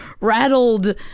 rattled